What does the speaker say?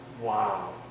wow